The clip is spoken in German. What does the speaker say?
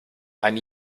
ein